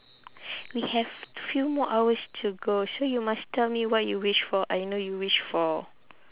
we have few more hours to go so you must tell me what you wish for I know you wish for